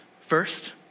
first